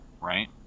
right